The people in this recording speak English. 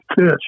fish